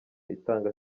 itanga